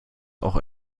auch